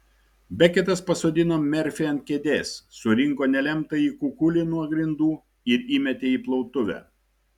beketas pasodino merfį ant kėdės surinko nelemtąjį kukulį nuo grindų ir įmetė į plautuvę